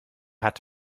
hat